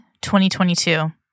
2022